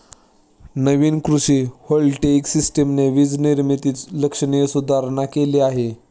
नवीन कृषी व्होल्टेइक सिस्टमने वीज निर्मितीत लक्षणीय सुधारणा केली आहे